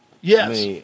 Yes